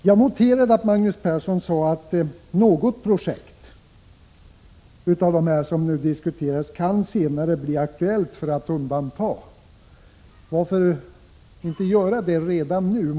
Jag noterade att Magnus Persson sade att något av de projekt som nu diskuteras senare kan bli aktuellt att undanta. Varför inte göra det redan nu?